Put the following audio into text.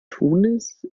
tunis